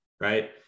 right